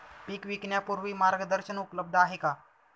पीक विकण्यापूर्वी मार्गदर्शन उपलब्ध आहे का?